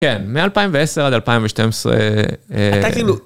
כן, מ-2010 עד 2012. אתה כאילו.